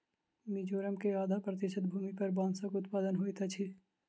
मिजोरम के आधा प्रतिशत भूमि पर बांसक उत्पादन होइत अछि